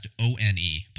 o-n-e